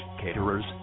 caterers